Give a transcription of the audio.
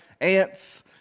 Ants